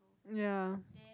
ya